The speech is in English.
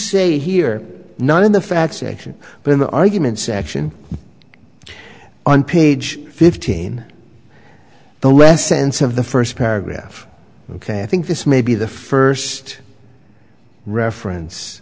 say here not in the facts section but in the argument section on page fifteen the less sense of the first paragraph ok i think this may be the first reference